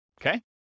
okay